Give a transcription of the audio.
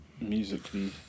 musically